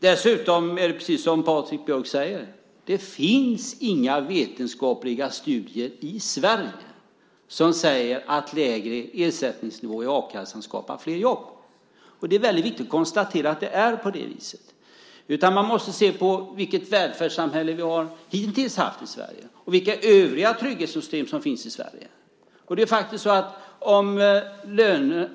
Dessutom finns det, precis som Patrik Björck säger, inga vetenskapliga studier i Sverige som visar att lägre ersättningsnivåer i a-kassan skapar flera jobb. Det är väldigt viktigt att konstatera att det är på det viset. Man måste se på vilket välfärdssamhälle vi hitintills har haft i Sverige och vilka övriga trygghetssystem som finns i Sverige.